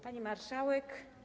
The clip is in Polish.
Pani Marszałek!